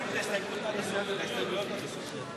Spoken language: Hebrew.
אנחנו מסירים את ההסתייגויות עד הסוף.